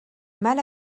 mal